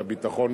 לביטחון,